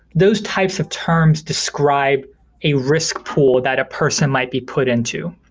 those types of terms describe a risk pool that a person might be put into.